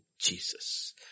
Jesus